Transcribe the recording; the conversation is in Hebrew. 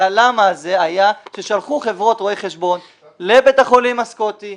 ה-למה הזה היה כששלחו חברות רואי חשבון לבית החולים הסקוטי,